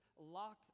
locked